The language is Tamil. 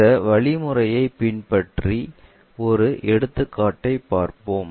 இந்த வழிமுறைகளை பின்பற்றி ஒரு எடுத்துக்காட்டைப் பார்ப்போம்